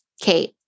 Kate